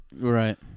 right